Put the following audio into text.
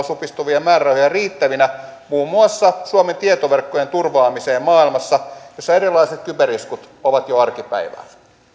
supistuvia määrärahoja riittävinä muun muassa suomen tietoverkkojen turvaamiseen maailmassa jossa erilaiset kyberiskut ovat jo arkipäivää